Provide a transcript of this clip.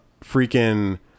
freaking